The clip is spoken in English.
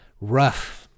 Rough